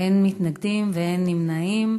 אין מתנגדים ואין נמנעים.